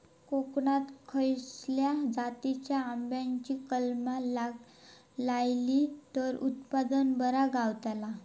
कोकणात खसल्या जातीच्या आंब्याची कलमा लायली तर उत्पन बरा गावताला?